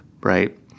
right